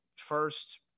first